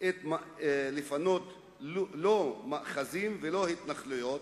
לא מאחזים ולא התנחלויות,